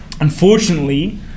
Unfortunately